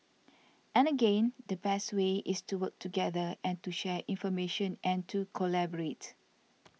and again the best way is to work together and to share information and to collaborate